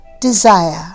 desire